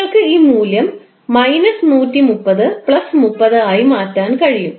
നിങ്ങൾക്ക് ഈ മൂല്യം 130 30 ആയി മാറ്റാൻ കഴിയും